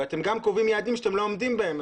ואתם גם קובעים יעדים שאתם לא עומדים בהם.